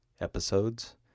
episodes